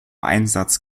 einsatz